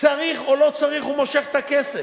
צריך או לא צריך, הוא מושך את הכסף.